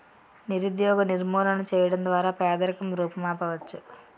నిరుద్యోగ నిర్మూలన చేయడం ద్వారా పేదరికం రూపుమాపవచ్చు